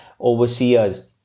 overseers